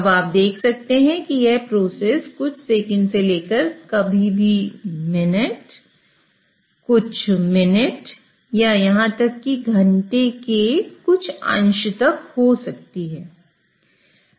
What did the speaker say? अब आप देख सकते हैं कि यह प्रोसेस कुछ सेकंड से लेकर कभी कभी मिनट कुछ मिनट या यहां तक कि एक घंटे के कुछ अंश तक हो सकती है